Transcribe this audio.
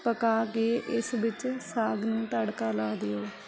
ਪਕਾ ਕੇ ਇਸ ਵਿੱਚ ਸਾਗ ਨੂੰ ਤੜਕਾ ਲਾ ਦਿਓ